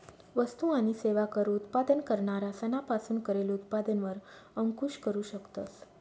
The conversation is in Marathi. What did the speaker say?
वस्तु आणि सेवा कर उत्पादन करणारा सना पासून करेल उत्पादन वर अंकूश करू शकतस